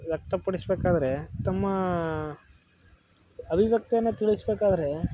ವ್ಯಕ್ತಪಡಿಸಬೇಕಾದ್ರೆ ತಮ್ಮ ಅಭಿವ್ಯಕ್ತವನ್ನು ತಿಳಿಸಬೇಕಾದ್ರೆ